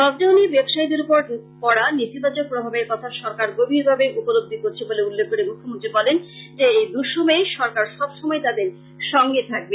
লকডাউনে ব্যবসায়ীদের উপর পড়া নেতিবাচক প্রভাবের কথা সরকার গভীরভাবে উপলব্ধি করছে বলে উল্লেখ করে মুখ্যমন্ত্রী বলেন যে এই দুসময়ে সরকার সবসময় তাদের সংগে থাকবে